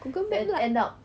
google map lah